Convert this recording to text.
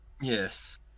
Yes